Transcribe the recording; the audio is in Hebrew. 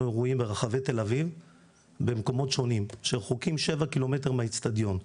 אירועים ברחבי תל אביב במקומות שונים שרחוקים 7 ק"מ מהאצטדיון.